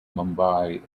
mumbai